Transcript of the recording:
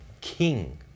King